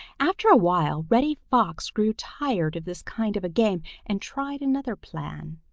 after a while reddy fox grew tired of this kind of a game and tried another plan.